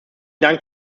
dank